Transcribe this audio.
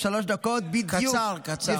שלוש דקות בדיוק לרשותך.